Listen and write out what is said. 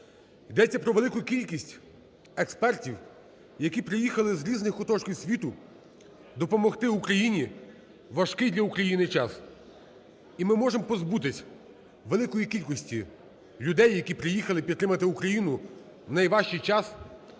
йдеться про велику кількість експертів, які приїхали з різних куточків світу допомогти Україні у важкий для України час. І ми можемо позбутись великої кількості людей, які приїхали підтримати Україну у найважчий час